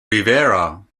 rivera